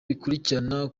bikurikirana